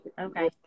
Okay